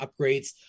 upgrades